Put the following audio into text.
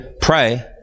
pray